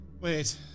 Wait